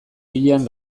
pilean